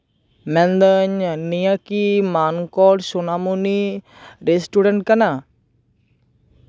ᱢᱮᱱᱫᱟᱹᱧ ᱱᱤᱭᱟᱹ ᱠᱤ ᱢᱟᱱᱠᱚᱨ ᱥᱳᱱᱟᱢᱩᱱᱤ ᱨᱮᱥᱴᱩᱨᱮᱱᱴ ᱠᱟᱱᱟ